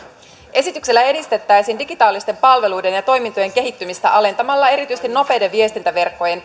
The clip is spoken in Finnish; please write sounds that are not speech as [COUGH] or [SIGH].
esityksellä edistettäisiin digitaalisten palveluiden ja ja toimintojen kehittymistä alentamalla erityisesti nopeiden viestintäverkkojen [UNINTELLIGIBLE]